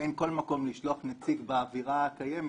שאין כל מקום לשלוח נציג באווירה הקיימת,